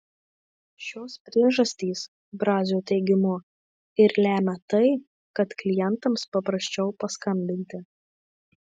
šios priežastys brazio teigimu ir lemia tai kad klientams paprasčiau paskambinti